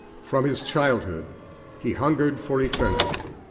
from his childhood he hungered for eternity.